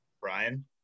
Brian